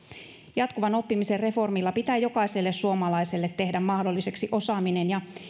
jatkuvan oppimisen reformilla pitää jokaiselle suomalaiselle tehdä mahdolliseksi osaaminen ja